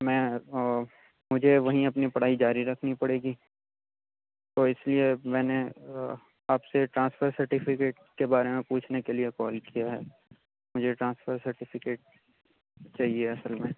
میں مجھے وہیں اپنی پڑھائی جاری رکھنی پڑے گی تو اِس لیے میں نے آپ سے ٹرانسفر سرٹیفکٹ کے بارے میں پوچھنے کے لیے کال کیا ہے مجھے ٹرانسفر سرٹیفکٹ چاہیے اصل میں